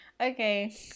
Okay